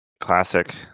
Classic